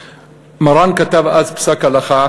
מרן כתב אז פסק הלכה